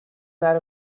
that